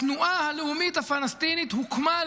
התנועה הלאומית הפלסטינית הוקמה על